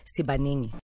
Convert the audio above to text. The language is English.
Sibanini